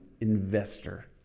investor